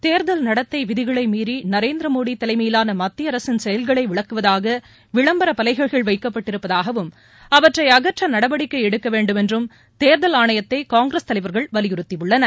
தேர்தல் நடத்தை விதிகளை மீறி நரேந்திரமோடி தலைமையிலான மத்திய அரசின் செயல்களை விளக்குவதாக விளம்பர பலகைகள் வைக்கப்பட்டிருப்பதாகவும் அவற்றை அகற்ற நடவடிக்கை எடுக்க வேண்டும் என்றும் தேர்தல் ஆணையத்தை காங்கிரஸ் தலைவர்கள் வலியுறுத்தி உள்ளனர்